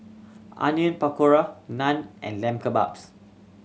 Onion Pakora Naan and Lamb Kebabs